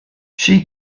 she